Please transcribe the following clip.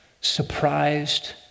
surprised